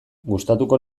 gustatuko